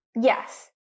Yes